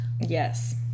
yes